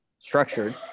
structured